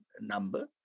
number